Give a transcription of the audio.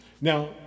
Now